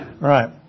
right